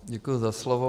Děkuji za slovo.